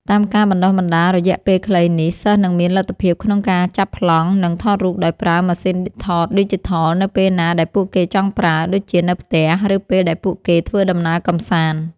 តាមការបណ្តុះបណ្តាលរយៈពេលខ្លីនេះ សិស្សនឹងមានលទ្ធភាពក្នុងការចាប់ប្លង់ និងថតរូបដោយប្រើ ម៉ាស៊ីនថតឌីជីថល នៅពេលណាដែលពួកគេចង់ប្រើ ដូចជានៅផ្ទះ ឬពេលដែលពួកគេធ្វើដំណើរកម្សាន្ត។